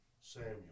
Samuel